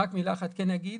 מילה אחת אני כן אגיד,